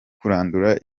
kurandura